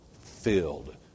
filled